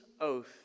oath